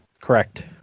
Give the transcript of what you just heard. correct